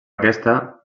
aquesta